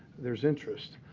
there's interest.